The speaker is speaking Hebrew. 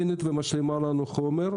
אתמול דיברתי עם מישהו על רשת חלוקת הגז.